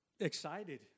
Excited